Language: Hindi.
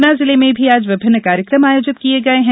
गुना जिले में भी आज विभिन्न कार्यक्रम आयोजित किये गये हैं